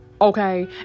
okay